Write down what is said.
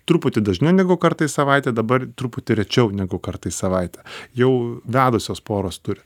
truputį dažniau negu kartą į savaitę dabar truputį rečiau negu kartą į savaitę jau vedusios poros turi